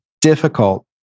difficult